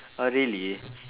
oh really